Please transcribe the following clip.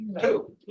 two